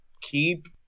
Keep